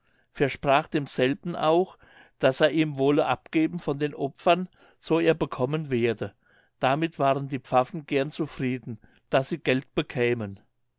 versprach demselben auch daß er ihm wolle abgeben von den opfern so er bekommen werde damit waren die pfaffen gern zufrieden daß sie geld bekämen